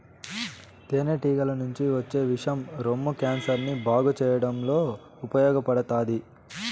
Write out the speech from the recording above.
తేనె టీగల నుంచి వచ్చే విషం రొమ్ము క్యాన్సర్ ని బాగు చేయడంలో ఉపయోగపడతాది